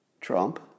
Trump